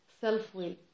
self-will